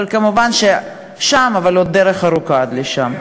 אבל כמובן עוד דרך ארוכה עד לשם.